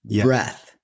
breath